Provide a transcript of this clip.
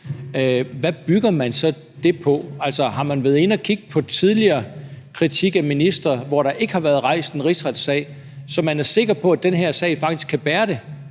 hvad bygger man så det på? Har man været inde at kigge på tidligere kritik af ministre, hvor der ikke har været rejst en rigsretssag, så man er sikker på, at den her sag faktisk kan bære det?